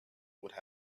would